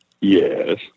Yes